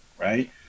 right